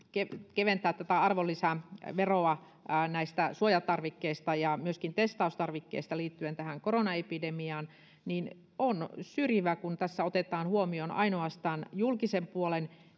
keventää tätä arvonlisäveroa näistä suojatarvikkeista ja myöskin testaustarvikkeista liittyen koronaepidemiaan on syrjivä kun tässä otetaan huomioon ainoastaan julkisen puolen